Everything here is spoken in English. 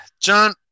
John